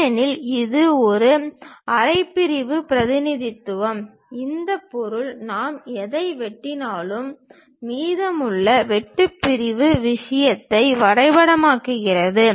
ஏனெனில் இது ஒரு அரை பிரிவு பிரதிநிதித்துவம் இந்த பொருள் நாம் எதை வெட்டினாலும் மீதமுள்ள வெட்டு பிரிவு விஷயத்தை வரைபடமாக்குகிறது